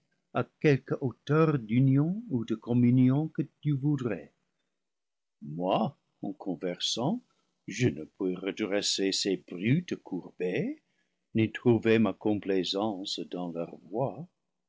à quelque hauteur d'union ou de communion que tu voudrais moi en conversant je ne puis redresser ces brutes courbées ni trouver ma complaisance dans leurs voies